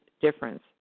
difference